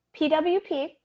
PWP